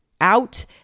out